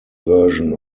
version